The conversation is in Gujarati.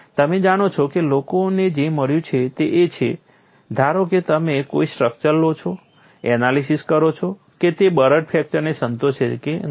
તમે જાણો છો કે લોકોને જે મળ્યું છે તે છે ધારો કે તમે કોઈ સ્ટ્રક્ચર લો છો એનાલિસીસ કરો છો કે તે બરડ ફ્રેક્ચરને સંતોષે છે કે નહીં